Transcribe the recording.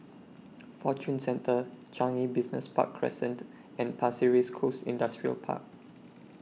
Fortune Centre Changi Business Park Crescent and Pasir Ris Coast Industrial Park